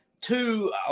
two